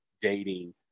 dating